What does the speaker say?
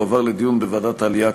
יועבר לדיון בוועדת העלייה,